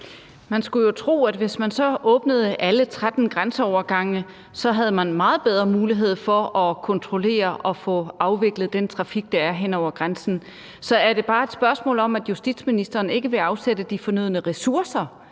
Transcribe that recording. Man skulle jo tro, at hvis man så åbnede alle 13 grænseovergange, var der meget bedre mulighed for at kontrollere og få afviklet den trafik, der er hen over grænsen. Så er det bare et spørgsmål om, at justitsministeren ikke vil afsætte de fornødne ressourcer